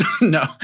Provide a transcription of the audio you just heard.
no